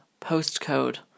postcode